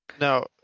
Now